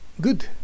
good